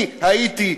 אני הייתי,